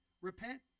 Repent